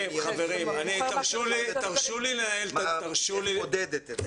איך היא מודדת את זה?